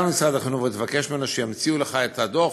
משרד החינוך ותבקש ממנו שימציא לך את הדוח,